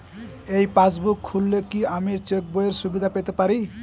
এই পাসবুক খুললে কি আমি চেকবইয়ের সুবিধা পেতে পারি?